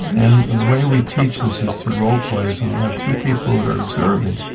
and the way we teach this is through role-plays, and we have two people that are observing,